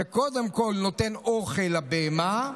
שקודם כול נותנים אוכל לבהמה,